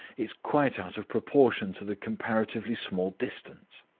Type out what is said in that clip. it's quite out of proportion to the comparatively small distance.